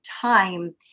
time